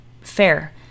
fair